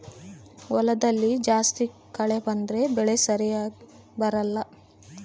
ಹೊಲದಲ್ಲಿ ಜಾಸ್ತಿ ಕಳೆ ಬಂದ್ರೆ ಬೆಳೆ ಸರಿಗ ಬರಲ್ಲ